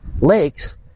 lakes